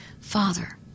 Father